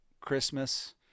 christmas